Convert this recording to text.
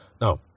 Now